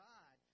God